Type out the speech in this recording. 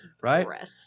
Right